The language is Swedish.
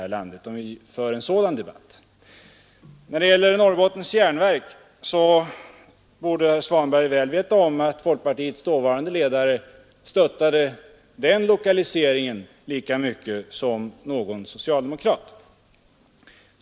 När det gäller etableringen av Norrbottens järnverk borde herr Svanberg väl veta om att folkpartiets dåvarande ledare stöttade den lokaliseringen lika mycket som någon socialdemokrat.